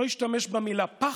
לא השתמש במילה "פח",